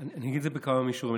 אני אגיד זה בכמה מישורים.